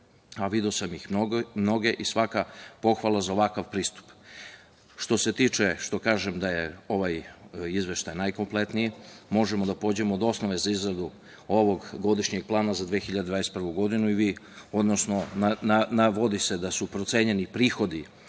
a video sam ih mnoge. Svaka pohvala za ovakav pristup.Zašto kažem da je ovaj izveštaj najkompletniji? Možemo da pođemo od osnove za izradu ovog godišnjeg plana za 2021. godinu. Navodi se da su procenjeni prihodi